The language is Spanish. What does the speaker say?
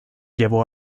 llevó